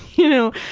you know,